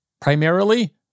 Primarily